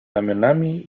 ramionami